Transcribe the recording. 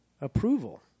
approval